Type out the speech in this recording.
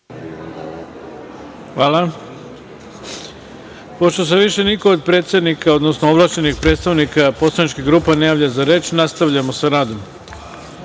Hvala. Pošto se više niko od predsednika, odnosno ovlašćenih predstavnika poslaničkih grupa ne javlja za reč, nastavljamo sa